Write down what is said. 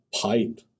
pipe